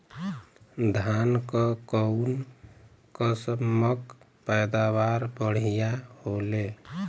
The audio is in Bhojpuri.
धान क कऊन कसमक पैदावार बढ़िया होले?